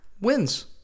wins